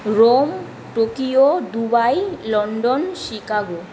Rome Tokyo Dubai London Chicago